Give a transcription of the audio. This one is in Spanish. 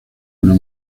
una